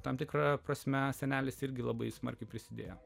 tam tikra prasme senelis irgi labai smarkiai prisidėjo